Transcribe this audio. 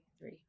three